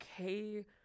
okay